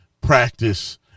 practice